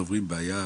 בעיה